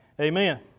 Amen